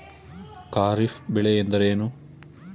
ಖಾರಿಫ್ ಬೆಳೆ ಎಂದರೇನು?